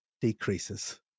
decreases